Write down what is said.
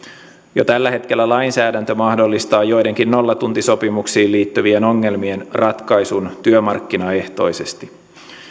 jo tällä hetkellä lainsäädäntö mahdollistaa joidenkin nollatuntisopimuksiin liittyvien ongelmien ratkaisun työmarkkinaehtoisesti